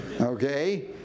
okay